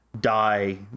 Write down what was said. die